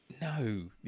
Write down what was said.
no